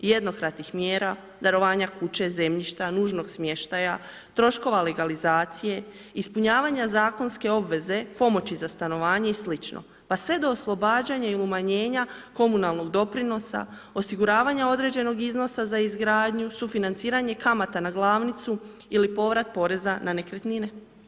Jednokratnih mjera, darovanja kuće, zemljišta, nužnog smještaja, troškova legalizacije, ispunjavanja zakonske obveze, pomoći za stanovanje i sl., pa sve do oslobađanja i umanjenja komunalnog doprinosa, osiguravanja određenog iznosa za izgradnju, sufinanciranje kamata na glavnicu ili povrat poreza na nekretnine.